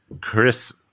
Chris